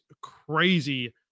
crazy